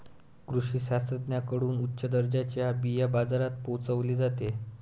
कृषी शास्त्रज्ञांकडून उच्च दर्जाचे बिया बाजारात पोहोचवले जाते